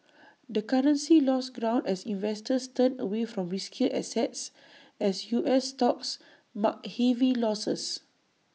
the currency lost ground as investors turned away from riskier assets as us stocks marked heavy losses